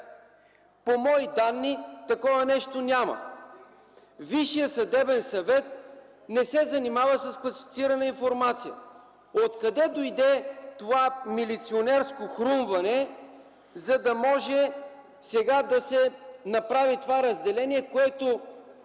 По мои данни такова нещо няма. Висшият съдебен съвет не се занимава с класифицирана информация. Откъде дойде това милиционерско хрумване, за да може сега да се направи това разделение, което